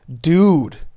Dude